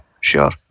Sure